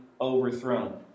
overthrown